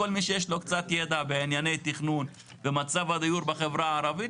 כל מי שיש לו קצת ידע בענייני תכנון במצב הדיור בחברה הערבית,